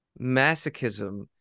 masochism